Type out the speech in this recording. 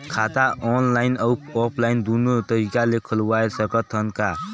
खाता ऑनलाइन अउ ऑफलाइन दुनो तरीका ले खोलवाय सकत हन का?